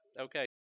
okay